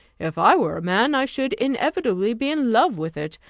if i were a man, i should inevitably be in love with it,